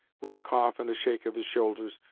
with a cough and a shake of his shoulders,